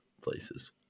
places